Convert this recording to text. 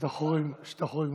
שאתה חורג מהזמן.